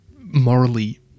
morally